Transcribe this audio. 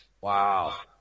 Wow